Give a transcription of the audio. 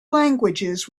languages